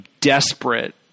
desperate